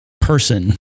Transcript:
person